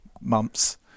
months